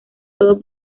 todo